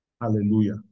Hallelujah